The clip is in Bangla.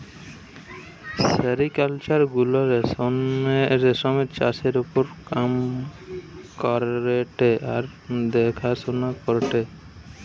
সেরিকালচার গুলা রেশমের চাষের ওপর কাম করেটে আর দেখাশোনা করেটে